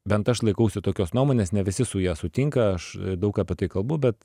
bent aš laikausi tokios nuomonės ne visi su ja sutinka aš daug apie tai kalbu bet